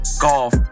golf